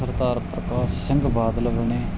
ਸਰਦਾਰ ਪ੍ਰਕਾਸ਼ ਸਿੰਘ ਬਾਦਲ ਬਣੇ